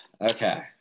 Okay